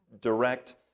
direct